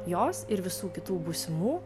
jos ir visų kitų būsimų